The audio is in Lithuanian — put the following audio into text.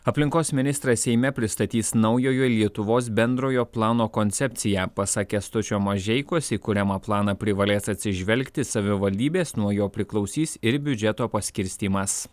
aplinkos ministras seime pristatys naujojo lietuvos bendrojo plano koncepciją pasak kęstučio mažeikos į kuriamą planą privalės atsižvelgti savivaldybės nuo jo priklausys ir biudžeto paskirstymas